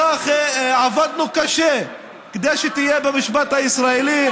שעבדנו כל כך קשה כדי שתהיה במשפט הישראלי.